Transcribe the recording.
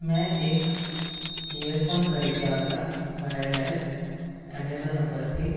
મે એક ઈયરફોન ખરીદ્યા હતાં વાયરલેસ એમેઝોન ઉપરથી